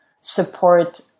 support